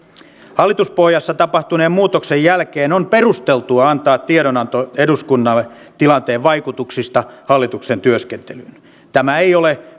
hallituspohjassa tapahtuneen muutoksen jälkeen on perusteltua antaa tiedonanto eduskunnalle tilanteen vaikutuksista hallituksen työskentelyyn tämä ei ole